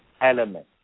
element